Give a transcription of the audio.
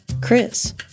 Chris